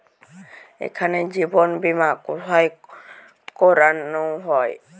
এখানে জীবন বীমা কোথায় করানো হয়?